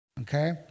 okay